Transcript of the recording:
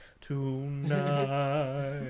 Tonight